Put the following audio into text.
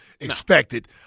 expected